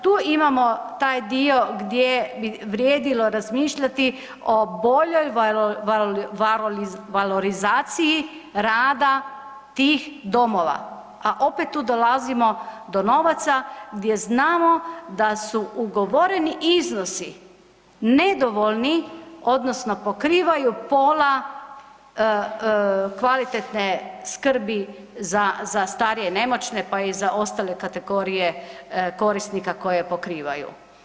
Tu imamo taj dio gdje bi vrijedilo razmišljati o boljoj valorizaciji rada tih domova, a opet tu dolazimo do novaca gdje znamo da su ugovoreni iznosi nedovoljni odnosno pokrivaju pola kvalitetne skrbi za, za starije i nemoćne, pa i za ostale kategorije korisnika koje pokrivaju.